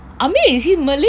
armeh is he malay